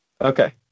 Okay